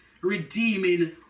redeeming